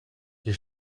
die